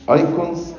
icons